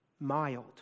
mild